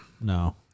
no